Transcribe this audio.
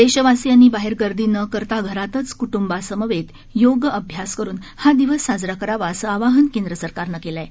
देशवासियांनी बाहेर गर्दी न करता घरातच कुटुंबासमवेत योगाभ्यास करुन हा दिवस साजरा करावा असं आवाहन केंद्रसरकारने केलं आहे